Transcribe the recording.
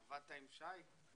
עבדת עם שי?